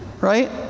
Right